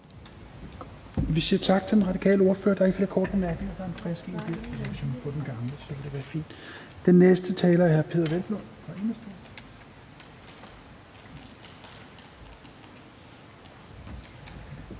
Vi siger tak til den radikale ordfører. Der er ikke flere korte